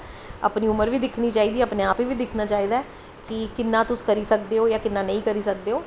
अपनी उमर बी दिक्खनी चिह दी ऐ अपना आप बी दिक्खना चाहिदा ऐ कि किन्नी तुस करी सकदे ओ जां किन्ना नेंई करी सकदे ओ